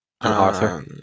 Arthur